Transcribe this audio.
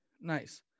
Nice